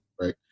Right